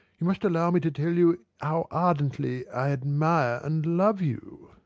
you must allow me to tell you how ardently i admire and love you!